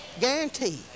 Guaranteed